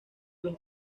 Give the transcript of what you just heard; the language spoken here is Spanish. los